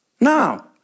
Now